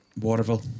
Waterville